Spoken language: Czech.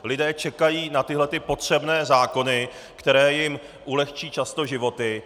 Lidé čekají na tyhle ty potřebné zákony, které jim ulehčí často životy.